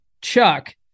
Chuck